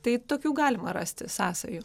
tai tokių galima rasti sąsajų